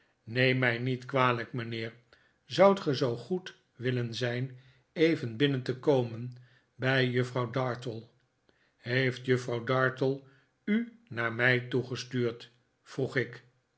neem mij niet kwalijk mijnheer zoudt ge zoo goed willen zijn even binnen te kojtnen bij juffrouw dartle heeft juffrouw dartle u naar mij toegestuurd yroeg ik